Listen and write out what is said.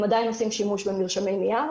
הם עדיין עושים שימוש במרשמי נייר,